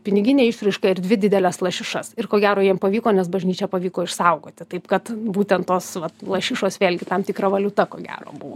piniginė išraiška ir dvi dideles lašišas ir ko gero jiem pavyko nes bažnyčią pavyko išsaugoti taip kad būtent tos vat lašišos vėlgi tam tikra valiuta ko gero buvo